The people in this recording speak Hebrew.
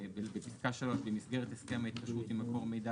בפסקה 3. "במסגרת הסכם ההתקשרות עם מקור מידע